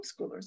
homeschoolers